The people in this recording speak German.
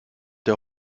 der